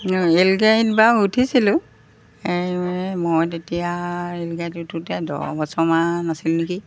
rail গাড়ীত বাৰু উঠিছিলোঁ এই মই তেতিয়া ৰেল গাড়ীত উঠোঁতে দহ বছৰমান আছিলো নেকি